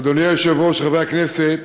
אדוני היושב-ראש, חברי הכנסת,